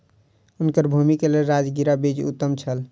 हुनकर भूमि के लेल राजगिरा बीज उत्तम छल